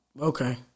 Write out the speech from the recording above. okay